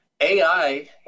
AI